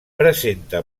presenta